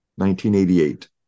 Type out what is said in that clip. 1988